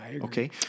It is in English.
okay